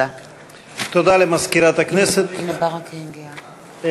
הצעת חבר הכנסת דב חנין וקבוצת חברי הכנסת.